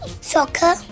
Soccer